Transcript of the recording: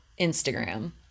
Instagram